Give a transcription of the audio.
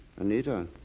anita